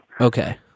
Okay